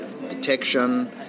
detection